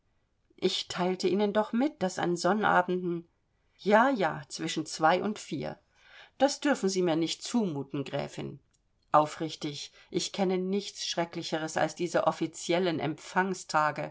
ich teilte ihnen doch mit daß an samstagen ja ja zwischen zwei und vier das dürfen sie mir nicht zumuten gräfin aufrichtig ich kenne nichts schrecklicheres als diese offiziellen